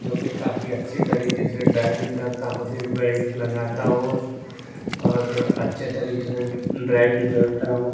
जी की काफी अच्छी तरीके से ड्राइविंग करता हो सीट बेल्ट लगाता हो और अच्छे तरीके से ड्राइविंग करता हो